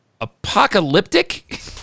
apocalyptic